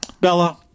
Bella